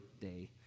day